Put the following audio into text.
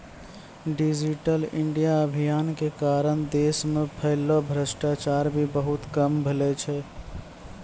digital India अभियान के कारण देश मे फैल्लो भ्रष्टाचार भी बहुते कम भेलो छै